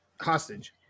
hostage